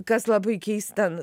kas labai keista